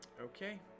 Okay